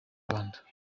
rwanda